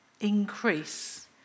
increase